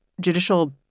judicial